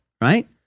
right